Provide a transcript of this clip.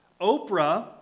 Oprah